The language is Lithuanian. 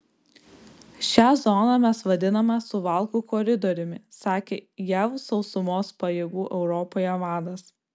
šią zoną mes vadiname suvalkų koridoriumi sakė jav sausumos pajėgų europoje vadas